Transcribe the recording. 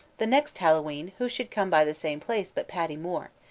the next hallowe'en who should come by the same place but paddy more,